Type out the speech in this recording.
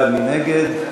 21 בעד, מתנגד אחד.